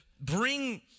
bring